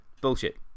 Bullshit